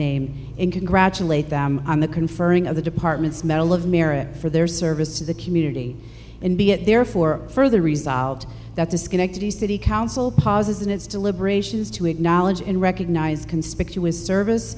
name and congratulate them on the conferring of the department's medal of merit for their service to the community and be it therefore further resolved that disconnect the city council pass in its deliberations to acknowledge and recognize conspicuous service